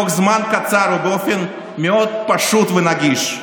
תוך זמן קצר ובאופן מאוד פשוט ונגיש.